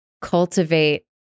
cultivate